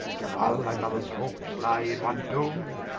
shall all thy mothers hopes lye in one tombe?